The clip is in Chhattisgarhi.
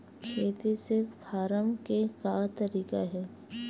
खेती से फारम के का तरीका हे?